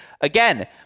again